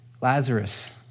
Lazarus